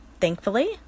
thankfully